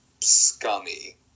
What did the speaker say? scummy